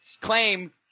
claim